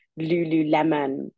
lululemon